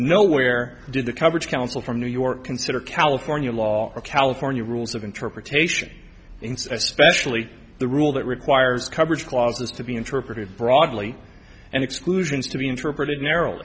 nowhere did the coverage council from new york consider california law or california rules of interpretation incest specially the rule that requires coverage clauses to be interpreted broadly and exclusions to be interpreted narrow